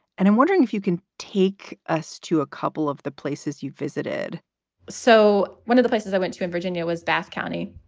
and i'm wondering if you can take us to a couple of the places you've visited so one of the places i went to in virginia was bath county,